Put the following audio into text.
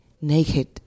naked